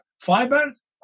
fibers